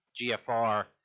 GFR